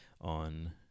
on